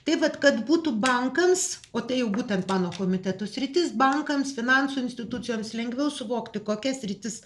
taip vat kad būtų bankams o tai būtent mano komiteto sritis bankams finansų institucijoms lengviau suvokti kokia sritis